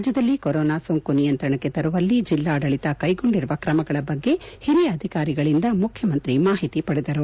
ರಾಜ್ಞದಲ್ಲಿ ಕೊರೊನಾ ಸೋಂಕು ನಿಯಂತ್ರಣಕ್ಕೆ ತರುವಲ್ಲಿ ಜಿಲ್ಲಾಡಳಿತ ಕ್ಷೆಗೊಂಡಿರುವ ಕ್ರಮಗಳ ಬಗ್ಗೆ ಹಿರಿಯ ಅಧಿಕಾರಿಗಳಿಂದ ಮುಖ್ಖಮಂತ್ರಿ ಅವರು ಮಾಹಿತಿ ಪಡೆದರು